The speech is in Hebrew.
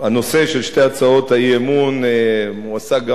הנושא של שתי הצעות האי-אמון עוסק גם